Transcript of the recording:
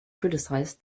criticized